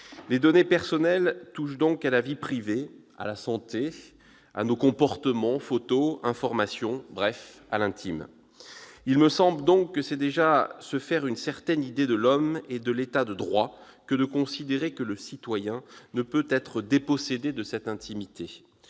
Les données personnelles touchent donc à la vie privée, à la santé, à nos comportements, par le biais de photos ou d'informations ... bref, à l'intime. Il me semble que c'est déjà se faire une certaine idée de l'homme et de l'État de droit que de considérer que le citoyen ne peut être dépossédé de cette intimité.